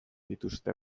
dituzte